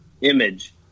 image